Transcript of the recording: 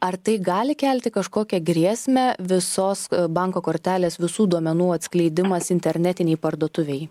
ar tai gali kelti kažkokią grėsmę visos banko kortelės visų duomenų atskleidimas internetinei parduotuvei